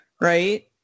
right